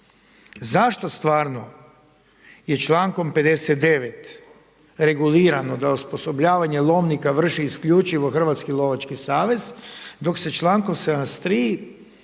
zašto stvarno je člankom 59. regulirano da osposobljavanje lomnika vrši isključivo Hrvatski lovački savez dok se člankom 73